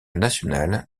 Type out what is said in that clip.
nationale